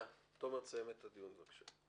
תומר, תסיים את הטיעון בבקשה.